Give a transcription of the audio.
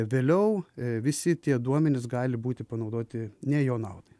vėliau visi tie duomenys gali būti panaudoti ne jo naudai